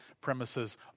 premises